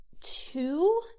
two